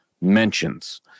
mentions